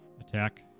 attack